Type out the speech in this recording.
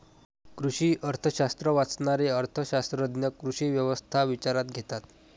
कृषी अर्थशास्त्र वाचणारे अर्थ शास्त्रज्ञ कृषी व्यवस्था विचारात घेतात